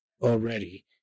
already